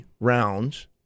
rounds